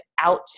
out